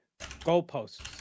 goalposts